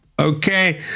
okay